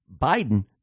Biden